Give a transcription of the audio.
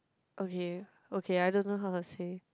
okay okay I don't know how to say